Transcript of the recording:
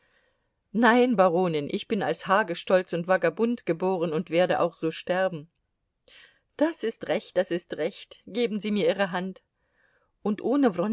nein baronin ich bin als hagestolz und vagabund geboren und werde auch so sterben das ist recht das ist recht geben sie mir ihre hand und ohne